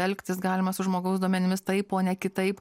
elgtis galima su žmogaus duomenimis taip o ne kitaip